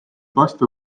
vastu